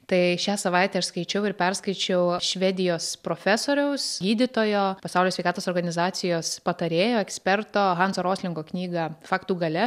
tai šią savaitę aš skaičiau ir perskaičiau švedijos profesoriaus gydytojo pasaulio sveikatos organizacijos patarėjo eksperto hanso roslingo knygą faktų galia